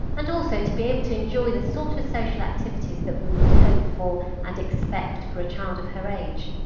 and also to be able to enjoy the sort of social activities that we we would hope for and expect for a child her age.